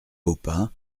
baupin